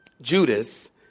Judas